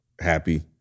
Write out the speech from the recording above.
happy